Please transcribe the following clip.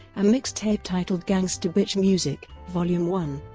a mixtape titled gangsta bitch music, vol. um one.